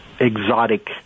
exotic